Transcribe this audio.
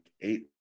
eight